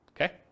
okay